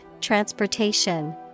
Transportation